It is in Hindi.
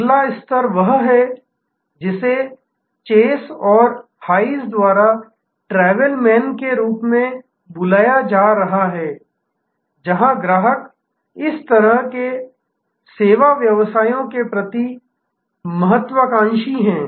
अगला स्तर वह है जिसे चेस और हाइज़ द्वारा ट्रैवल मैन के रूप में बुलाया जा रहा है जहां ग्राहक इस तरह के सेवा व्यवसायों के प्रति महत्वाकांक्षी हैं